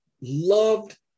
loved